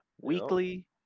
Weekly